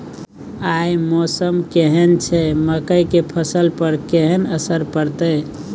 आय मौसम केहन छै मकई के फसल पर केहन असर परतै?